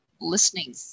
listening